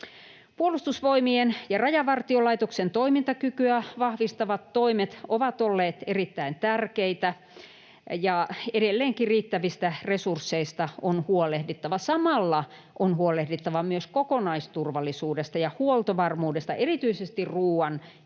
Puolustusvoimien ja Rajavartiolaitoksen toimintakykyä vahvistavat toimet ovat olleet erittäin tärkeitä, ja edelleenkin riittävistä resursseista on huolehdittava. Samalla on huolehdittava myös kokonaisturvallisuudesta ja huoltovarmuudesta erityisesti ruuan, energian